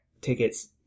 tickets